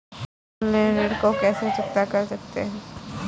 हम ऑनलाइन ऋण को कैसे चुकता कर सकते हैं?